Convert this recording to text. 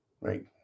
right